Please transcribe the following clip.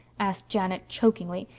asked janet chokingly.